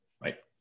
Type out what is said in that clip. right